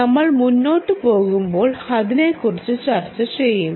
നമ്മൾ മുന്നോട്ട് പോകുമ്പോൾ അതിനെക്കുറിച്ച് ചർച്ച ചെയ്യും